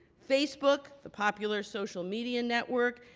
facebook, the popular social media network,